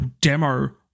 demo